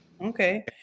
Okay